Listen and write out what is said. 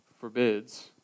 forbids